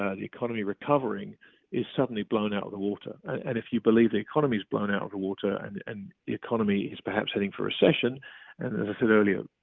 ah the economy recovering is suddenly blown out of the water. and if you believe the economies blown out of the water and and the economy is perhaps heading for recession, and as i said earlier,